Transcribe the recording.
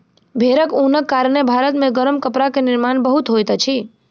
भेड़क ऊनक कारणेँ भारत मे गरम कपड़ा के निर्माण बहुत होइत अछि